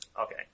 Okay